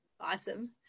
Awesome